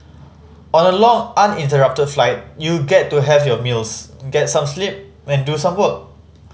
on a long uninterrupted flight you get to have your meals get some sleep and do some work